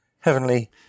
heavenly